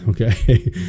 Okay